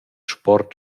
sport